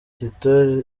tito